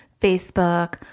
Facebook